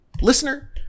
Listener